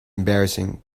embarrassing